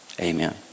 amen